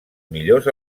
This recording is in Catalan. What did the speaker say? millors